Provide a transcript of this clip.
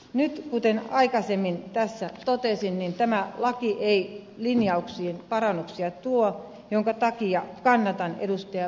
nyt kuten aikaisemmin tässä totesin tämä laki ei linjauksiin parannuksia tuo minkä takia kannatan ed